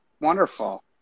Wonderful